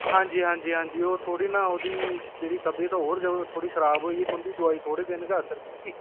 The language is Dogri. हां जी हां जी ओह् थोह्ड़ी ना ओह्दी जेह्ड़ी तबीयत ऐ होर ज्यादा थ्होड़ी खराब होई गेई ऐ तुं'दी दवाई थोह्ड़े दिन गै असर कीती